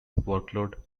workload